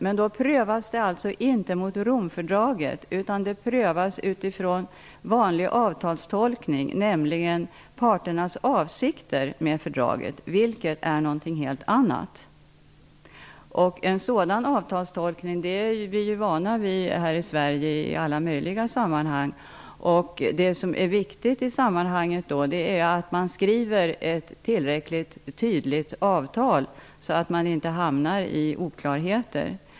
Men då prövas det alltså inte mot Romfördraget, utan det prövas utifrån vanlig avtalstolkning, nämligen parternas avsikter med fördraget, vilket är någonting helt annat. En sådan avtalstolkning är vi vana vid här i Sverige i alla möjliga sammanhang. Det som är viktigt i sammanhanget är att man skriver ett tillräckligt tydligt avtal så att man inte hamnar i oklarheter.